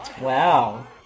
Wow